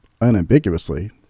unambiguously